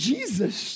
Jesus